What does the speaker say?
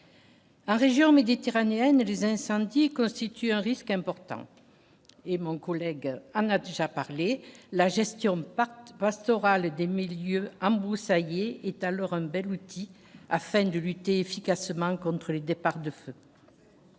En région méditerranéenne et les incendies, constituent un risque important et mon collègue en a déjà parlé la gestion par pastorale et des milieux âme broussailles et est alors un bel outil afin de lutter efficacement contre les départs de feu.